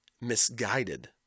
misguided